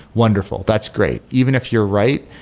wonderful. that's great. even if you're right,